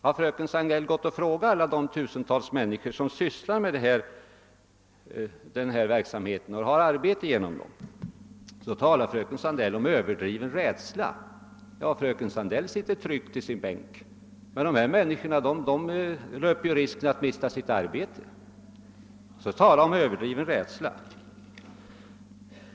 Har fröken Sandell frågat alla de tusentals människor som sysslar med denna verksamhet och som får arbete genom den? Fröken Sandell talade om överdriven rädsla. Ja, fröken Sandell sitter tryggt i sin bänk. Men dessa människor löper risken att mista sitt arbete, och så talar fröken Sandell om överdriven rädsla!